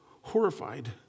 horrified